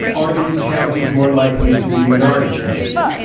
are these counties more likely to be minority counties.